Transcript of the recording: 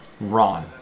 Ron